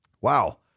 Wow